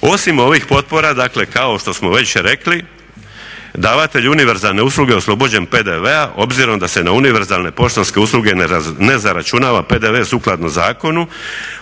Osim ovih potpora, dakle kao što smo već rekli, davatelj univerzalne usluge oslobođen je PDV-a obzirom da se na univerzalne poštanske usluge ne zaračunava PDV sukladno Zakonu